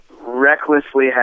recklessly